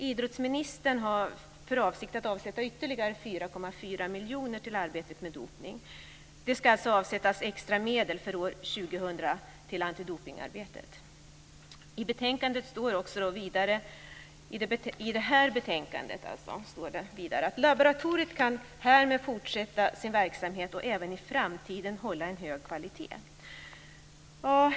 Idrottsministern har för avsikt att avsätta ytterligare 4,4 miljoner till arbetet mot dopning. Det ska alltså avsättas extra medel för år 2000 till antidopningsarbetet. I kulturutskottets betänkande står vidare: "Laboratoriet kan härmed fortsätta sin verksamhet och även i framtiden hålla en hög kvalitet."